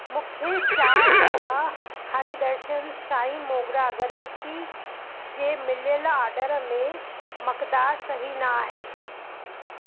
मूंखे चारि दबा हरी दर्शन साईं मोगरा अगरबत्ती जे मिलियल ऑर्डर में मकदार सही न आहे